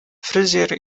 fryzjer